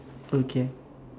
okay